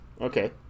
okay